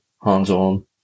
hands-on